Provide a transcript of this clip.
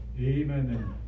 Amen